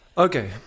Okay